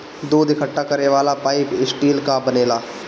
दूध इकट्ठा करे वाला पाइप स्टील कअ बनेला